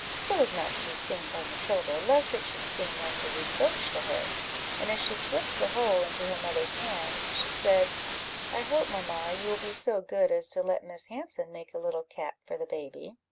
so as not to be seen by matilda, lest it should seem like a reproach to her and as she slipped the whole into her mother's hand, she said i hope, mamma, you will be so good as to let miss hanson make a little cap for the baby?